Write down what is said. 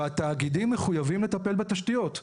והתאגידים מחויבים לטפל בתשתיות,